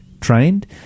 trained